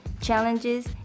challenges